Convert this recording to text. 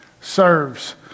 serves